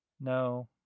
No